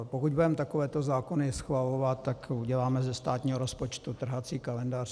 Pokud budeme takovéto zákony schvalovat, tak uděláme ze státního rozpočtu trhací kalendář.